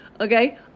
okay